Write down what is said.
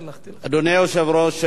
אדוני היושב-ראש,